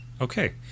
Okay